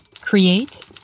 create